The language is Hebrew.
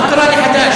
מה קרה לחד"ש?